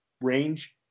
range